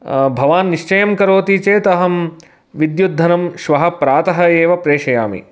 भवान् निश्चयं करोति चेत् अहं विद्युद्धनं श्वः प्रातः एव प्रेषयामि